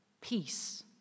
peace